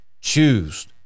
choose